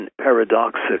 paradoxical